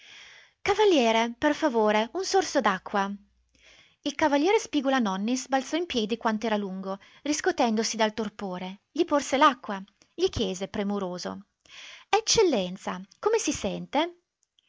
cavaliere per favore un sorso d'acqua il cav spigula-nonnis balzò in piedi quant'era lungo riscotendosi dal torpore gli porse l'acqua gli chiese premuroso eccellenza come si sente